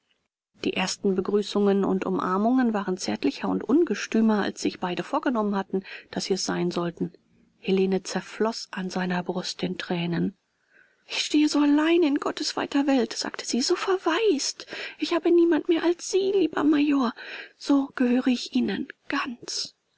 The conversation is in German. die ersten begrüßungen und umarmungen waren zärtlich und ungestümer als sich beide vorgenommen hatten daß sie es sein sollten helene zerfloß an seiner brust in thränen ich stehe so allein in gottes weiter welt sagte sie so verwaist ich habe niemanden mehr als sie lieber major so gehöre ich ihnen ganz